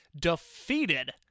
defeated